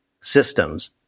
systems